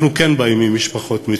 אנחנו כן באים ממשפחות מצוקה.